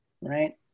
right